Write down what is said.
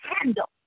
handle